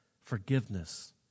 forgiveness